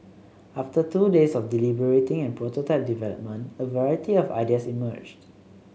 after two days of deliberating and prototype development a variety of ideas emerged